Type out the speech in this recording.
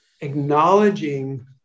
acknowledging